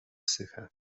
psyche